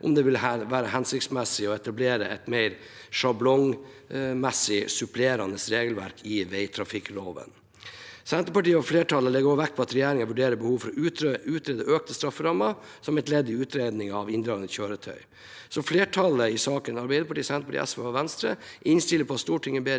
om det vil være hensiktsmessig å etablere et mer sjablongmessig supplerende regelverk i vegtrafikkloven. Senterpartiet og resten av flertallet legger også vekt på at regjeringen vurderer behovet for å utrede økte strafferammer som et ledd i utredningen av inndragning av kjøretøy. Flertallet i saken, Arbeiderpartiet, Senterpartiet, SV og Venstre, innstiller på at Stortinget skal